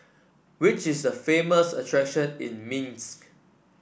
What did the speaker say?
which are the famous attractions in Minsk